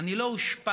אני לא הושפלתי